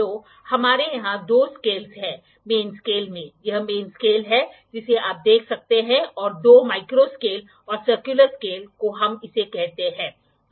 तो हमारे यहाँ दो स्केलस हैं मेन स्केल मेें यह मेन स्केल है जिसे आप देख सकते हैंऔर दो माइक्रो स्केल और सर्कुलर स्केल को हम इसे कहते हैं